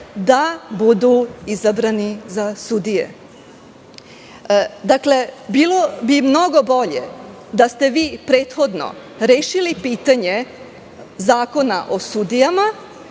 da budu izabrani za sudije. Bilo bi mnogo bolje da ste vi prethodno rešili pitanje Zakona o sudijama,